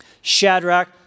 Shadrach